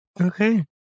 Okay